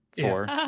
Four